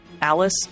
Alice